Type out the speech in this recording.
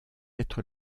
être